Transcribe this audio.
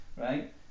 Right